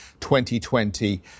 2020